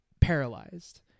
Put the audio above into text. paralyzed